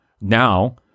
now